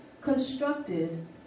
constructed